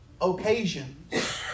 occasions